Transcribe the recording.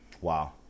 Wow